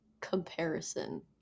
comparison